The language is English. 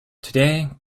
today